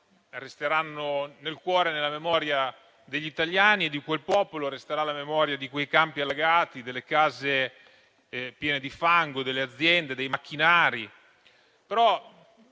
resteranno nel cuore e nella memoria degli italiani e di quel popolo; resterà la memoria di quei campi allagati, delle case piene di fango, delle aziende e dei macchinari